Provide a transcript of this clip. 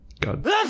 God